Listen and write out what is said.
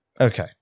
Okay